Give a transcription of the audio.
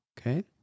Okay